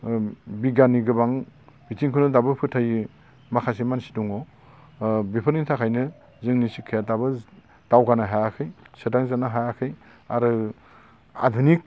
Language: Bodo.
बिगियाननि गोबां बिथिंखौनो दाबो फोथायि माखासे मानसि दङ ओ बेफोरनि थाखायनो जोंनि शिक्षाया दाबो दावगानो हायाखै सोदांजानो हायाखै आरो आधोनिक